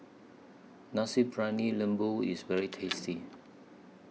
Nasi Briyani Lembu IS very tasty